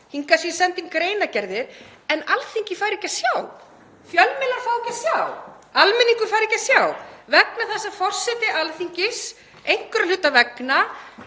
hingað séu sendar inn greinargerðir en Alþingi fær ekki að sjá, fjölmiðlar fá ekki sá, almenningur fær ekki að sjá vegna þess að forseti Alþingis, einhverra hluta vegna,